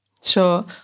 sure